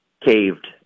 caved